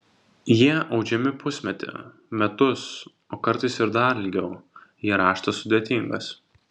jie audžiami pusmetį metus o kartais ir dar ilgiau jei raštas sudėtingas